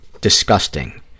disgusting